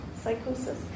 psychosis